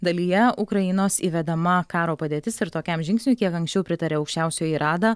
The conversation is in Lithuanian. dalyje ukrainos įvedama karo padėtis ir tokiam žingsniui kiek anksčiau pritarė aukščiausioji rada